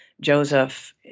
Joseph